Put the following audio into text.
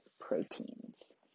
proteins